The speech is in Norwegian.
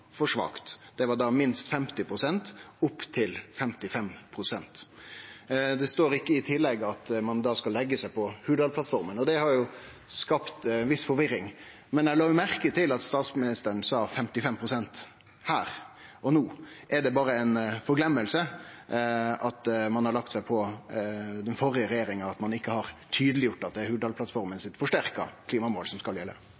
for svakt. Det var på minst 50 pst. opp til 55 pst. Det står ikkje i tillegget at ein skal leggje seg på måla i Hurdalsplattforma, og det har skapt ei viss forvirring. Men eg la merkje til at statsministeren sa 55 pst. no. Er det berre ei forgløyming at ein har lagt seg på nivået til den førre regjeringa, og at ein ikkje har tydeleggjort at det er Hurdalsplattforma sitt forsterka klimamål som skal gjelde?